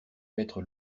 mettre